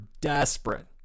desperate